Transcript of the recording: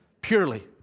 Purely